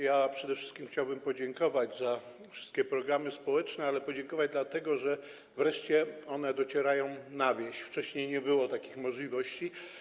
Ja przede wszystkim chciałbym podziękować za wszystkie programy społeczne, ale podziękować dlatego, że wreszcie one docierają na wieś, wcześniej nie było takich możliwości.